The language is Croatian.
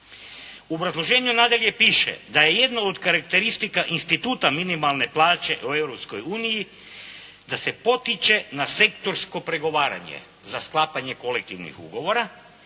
U obrazloženju nadalje piše da je jedno od karakteristika instituta minimalne plaće u Europskoj uniji da se potiče na sektorsko pregovaranje za sklapanje kolektivnih ugovora.